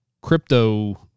crypto